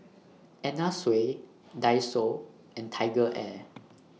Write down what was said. Anna Sui Daiso and TigerAir